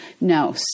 No